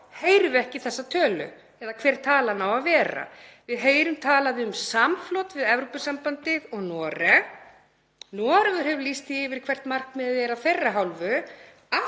heyrum við ekki þessa tölu eða hver talan á að vera. Við heyrum talað um samflot við Evrópusambandið og Noreg. Norðmenn hafa lýst því yfir hvert markmiðið er af þeirra hálfu.